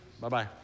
Bye-bye